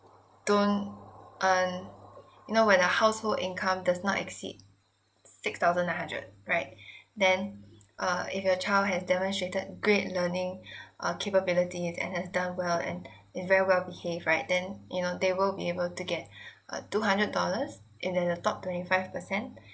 don't earn you know when the household income does not exceed six thousand nine hundred right then err if your child has demonstrated great learning uh capabilities and has done well and is very well behave right then you know they will be able to get uh two hundred dollars and then the top twenty five percent